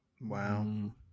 Wow